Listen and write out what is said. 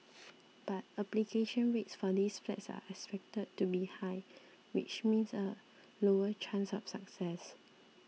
but application rates for these flats are expected to be high which means a lower chance of success